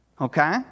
Okay